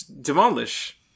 demolish